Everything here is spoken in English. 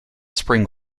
spring